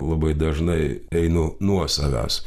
labai dažnai einu nuo savęs